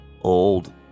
old